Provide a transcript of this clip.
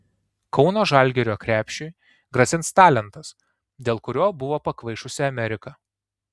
kauno žalgirio krepšiui grasins talentas dėl kurio buvo pakvaišusi amerika